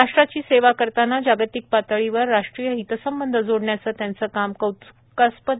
राष्ट्राची सेवा करताना जागतिक पातळीवर राष्ट्रीय हितसंबंध जोडण्याचे त्यांचे काम कौत्कास्पद आहे